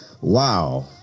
Wow